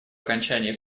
окончании